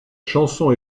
chanson